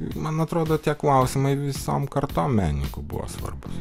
man atrodo tie klausimai visom kartom menininkų buvo svarbūs